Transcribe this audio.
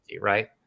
right